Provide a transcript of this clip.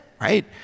right